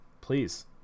please